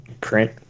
print